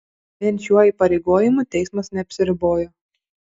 vien šiuo įpareigojimu teismas neapsiribojo